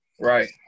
Right